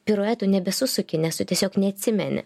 piruetų nebesuki nes tu tiesiog neatsimeni